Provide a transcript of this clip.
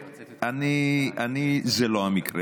זה לא המקרה.